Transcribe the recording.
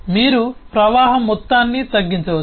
మీరు ప్రవాహం మొత్తాన్ని తగ్గించవచ్చు